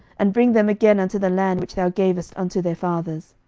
and bring them again unto the land which thou gavest unto their fathers.